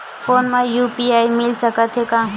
Phone मा UPI मिल सकत हे का?